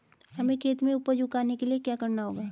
हमें खेत में उपज उगाने के लिये क्या करना होगा?